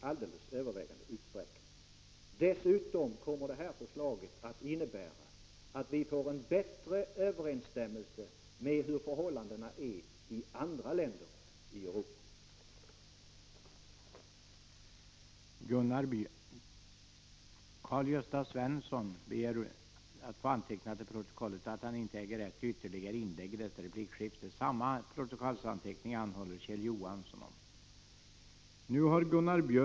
Förslaget kommer dessutom att innebära att vi får en bättre överensstämmelse med förhållandena i andra länder i Europa.